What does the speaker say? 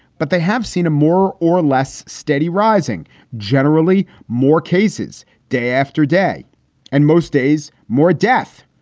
but they have seen a more or less steady rising generally. more cases day after day and most days more death.